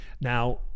Now